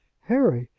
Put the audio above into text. harry,